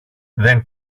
δεν